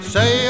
Say